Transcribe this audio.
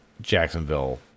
Jacksonville